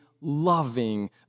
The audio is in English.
loving